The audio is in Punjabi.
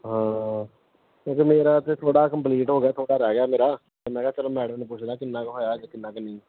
ਹਾਂ ਕਿਉਂਕਿ ਮੇਰਾ ਤਾਂ ਥੋੜ੍ਹਾ ਕੰਪਲੀਟ ਹੋ ਗਿਆ ਥੋੜ੍ਹਾ ਰਹਿ ਗਿਆ ਮੇਰਾ ਤਾਂ ਮੈਂ ਕਿਹਾ ਚਲੋ ਮੈਡਮ ਨੂੰ ਪੁੱਛਦਾ ਕਿੰਨਾ ਕੁ ਹੋਇਆ ਅਤੇ ਕਿੰਨਾ ਕੁ ਨਹੀਂ